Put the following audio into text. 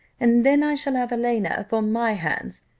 and then i shall have helena upon my hands,